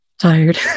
Tired